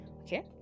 Okay